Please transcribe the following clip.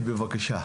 בבקשה.